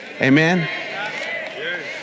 amen